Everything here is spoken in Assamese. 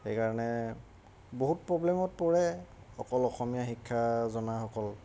সেইকাৰণে বহুত প্ৰব্লেমত পৰে অকল অসমীয়া শিক্ষা জনাসকল